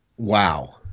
Wow